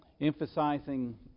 emphasizing